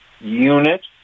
Unit